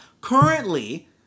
currently